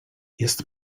jest